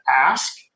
ask